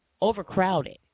overcrowded